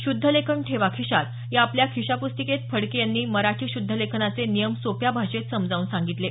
शुद्धलेखन ठेवा खिशात या आपल्या खिसापुस्तिकेत फडके यांनी मराठी शुद्धलेखनाचे नियम सोप्या भाषेत समजावून दिले आहेत